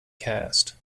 cast